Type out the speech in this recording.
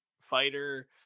fighter